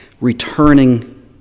returning